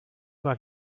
war